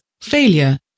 failure